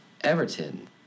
Everton